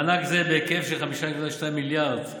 מענק זה, בהיקף של 5.2 מיליארד ש"ח,